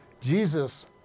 Jesus